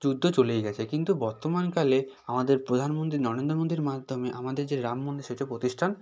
যুদ্ধ চলেই গেছে কিন্তু বর্তমানকালে আমাদের প্রধানমন্ত্রী নরেন্দ্র মোদীর মাধ্যমে আমাদের যে রাম মন্দির সেইটা প্রতিষ্ঠান